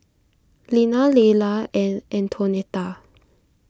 Lina Lela and Antonetta